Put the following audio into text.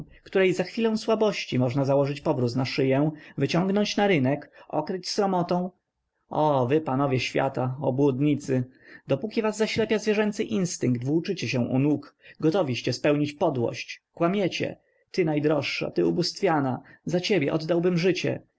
której za chwilę słabości można założyć powróz na szyję wyciągnąć na rynek okryć sromotą o wy panowie świata obłudnicy dopóki was zaślepia zwierzęcy instynkt włóczycie się u nóg gotowiście spełnić podłość kłamiecie ty najdroższa ty ubóstwiana za ciebie oddałbym życie